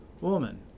Woman